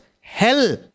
hell